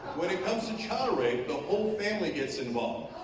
when it comes to child rape the whole family gets involved